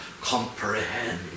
comprehend